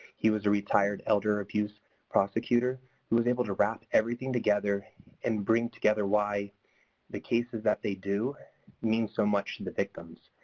he was a retired elder abuse prosecutor who was able to wrap everything together and bring together why the cases that they do mean so much to and the victims.